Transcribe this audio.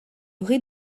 rez